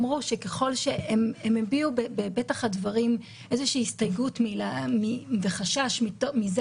הם הביעו בפתח הדברים איזושהי הסתייגות וחשש מזה